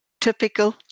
typical